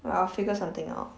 well I'll figure something out